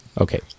Okay